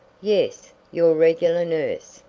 yes, your regular nurse.